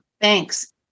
thanks